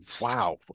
wow